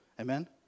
Amen